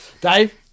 Dave